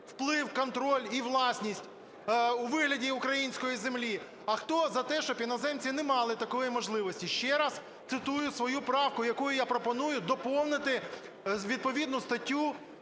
вплив, контроль і власність у вигляді української землі, а хто за те, щоб іноземці не мали такої можливості. Ще раз цитую свою правку, якою я пропоную доповнити відповідну статтю